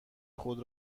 خود